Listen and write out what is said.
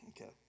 Okay